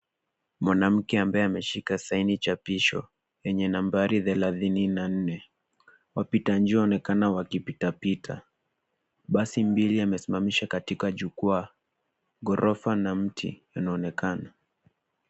Mwanamke ambaye ameshika saini chapisho, yenye nambari thelathini na nne. Wapitanjia waonekana wakipitapita. Basi mbili yamesimamishwa katika jukwaa. Ghorofa na mti, inaonekana.